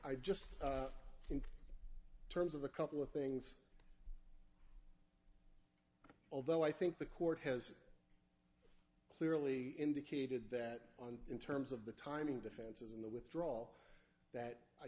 e just in terms of a couple of things although i think the court has clearly indicated that on in terms of the timing defenses in the withdraw that i